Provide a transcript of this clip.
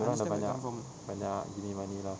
dia orang sudah banyak banyak give me money lah